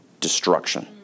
destruction